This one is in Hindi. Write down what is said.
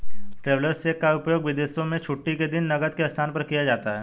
ट्रैवेलर्स चेक का उपयोग विदेशों में छुट्टी के दिन नकद के स्थान पर किया जाता है